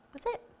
that's it!